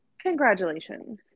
congratulations